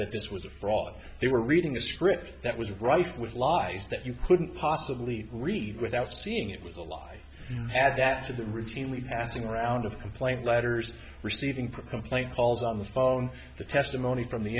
that this was a fraud they were reading a script that was rife with lies that you couldn't possibly read without seeing it was a lie add that to that routinely passing around a complaint letters receiving proper complaint calls on the phone the testimony from the